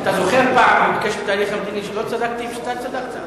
אתה זוכר פעם בקשר לתהליך המדיני שלא צדקתי ואתה צדקת?